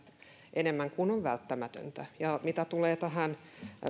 enemmän kuin on välttämätöntä mitä tulee